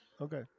Okay